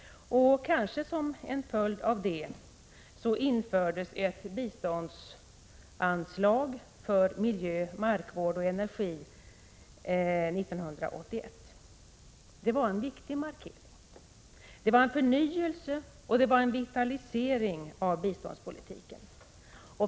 Kanske som en följd härav infördes 1981 ett biståndsanslag för miljö, markvård och energi. Det var en viktig markering. Det var en förnyelse och en vitalisering av biståndspolitiken.